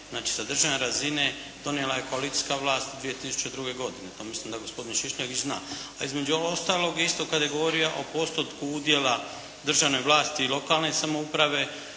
znači sa državne razine, donijela je koalicijska vlast 2002. godine. Pa mislim da gospodin Šišljagić zna. A između ostaloga isto kada je govorio o postotku udjela državne vlasti i lokalne samouprave